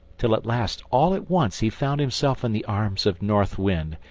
till at last all at once he found himself in the arms of north wind,